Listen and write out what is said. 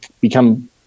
become